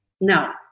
No